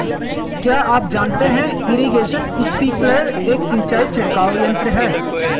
क्या आप जानते है इरीगेशन स्पिंकलर एक सिंचाई छिड़काव यंत्र है?